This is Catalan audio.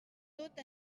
tot